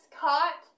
caught